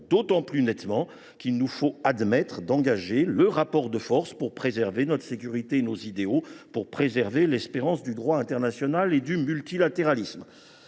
d’autant plus nettement qu’il nous faut admettre le rapport de force pour préserver notre sécurité et nos idéaux, pour préserver l’espérance du droit international et du multilatéralisme.